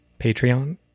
Patreon